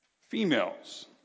females